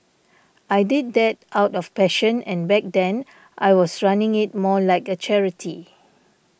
I did that out of passion and back then I was running it more like a charity